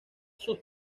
sus